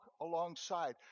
alongside